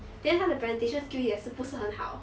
then 他的 presentation skill 也是不是很好